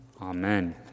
Amen